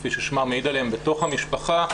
כפי ששמן מעיד עליהן בתוך המשפחה,